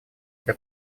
для